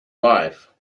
wife